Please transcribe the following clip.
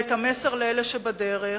ואת המסר לאלה שבדרך,